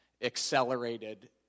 accelerated